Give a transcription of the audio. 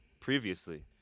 previously